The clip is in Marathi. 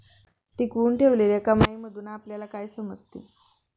टिकवून ठेवलेल्या कमाईमधून आपल्याला काय समजते?